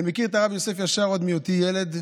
אני מכיר את הרב יוסף ישר עוד מהיותי ילד,